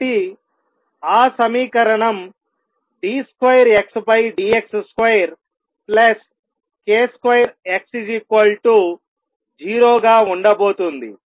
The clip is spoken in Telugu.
కాబట్టి ఆ సమీకరణం d2Xdx2k2X0గా ఉండబోతోంది